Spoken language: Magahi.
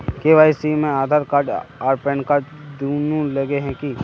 के.वाई.सी में आधार कार्ड आर पेनकार्ड दुनू लगे है की?